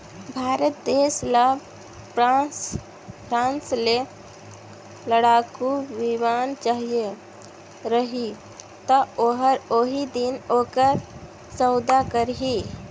भारत देस ल फ्रांस ले लड़ाकू बिमान चाहिए रही ता ओहर ओही दिन ओकर सउदा करही